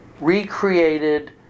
recreated